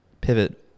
pivot